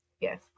yes